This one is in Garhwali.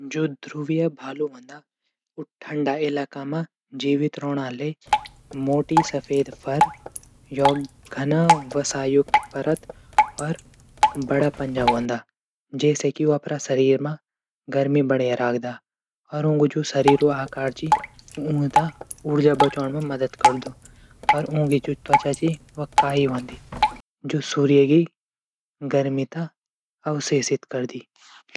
जू धुव्रीय भालू हूदन ठंडा इलाकों मा जीवित रैणू मोटी सफेद फर यूंकी घना वसा युक्त परत अर बड़ा पंजा हूंदा। जैसे कि ऊ अपडा शरीर मा गर्मी बढै रखदा। और ऊंकू जू शरीर आकार च ऊंथै ऊर्जा बचाण मा मदद करदू अर ऊंकी ज्वा त्वचा च कायी हूंदी जू सूर्य गर्मी थै अवशेषित करदी।